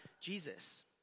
Jesus